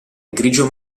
grigio